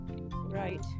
Right